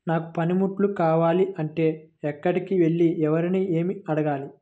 నాకు పనిముట్లు కావాలి అంటే ఎక్కడికి వెళ్లి ఎవరిని ఏమి అడగాలి?